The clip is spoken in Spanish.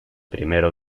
primero